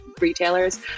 retailers